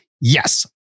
Yes